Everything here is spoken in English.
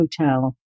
hotel